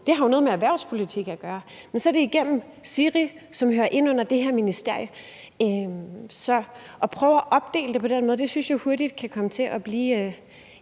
det jo noget med erhvervspolitik at gøre, men det sker så gennem SIRI, som hører ind under det her ministerie. Så at prøve at opdele det på den her måde synes jeg hurtigt kan komme til at blive